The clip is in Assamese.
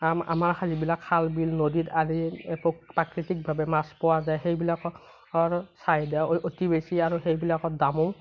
আমা আমাৰ যিবিলাক খাল বিল নদীত আদিত প প্ৰাকৃতিকভাৱে মাছ পোৱা যায় সেইবিলাকৰ অৰ চাহিদাও অ অতি বেছি আৰু সেইবিলাকৰ দামো